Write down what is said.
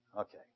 Okay